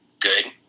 good